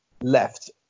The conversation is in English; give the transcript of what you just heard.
left